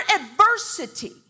adversity